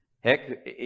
Heck